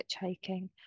hitchhiking